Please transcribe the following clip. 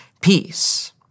peace